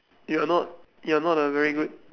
you are not you are not a very good